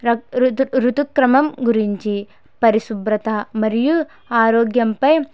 రక్త్ రుతు రుతుక్రమం గురించి పరిశుభ్రత మరియు ఆరోగ్యంపై